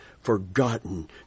forgotten